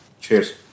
Cheers